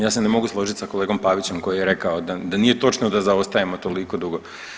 Ja se ne mogu složiti sa kolegom Pavićem koji je rekao da nije točno da zaostajemo toliko dugo.